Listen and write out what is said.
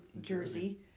Jersey